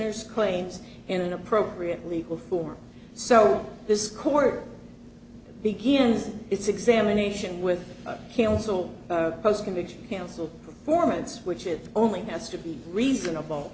there's claims in an appropriate legal form so this court begins its examination with he also post conviction counsel performance which it only has to be reasonable